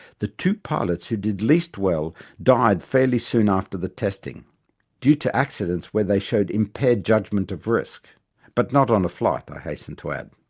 the two pilots who did least well died fairly soon after the testing due to accidents where they showed impaired judgment of risk but not on a flight, i hasten to add.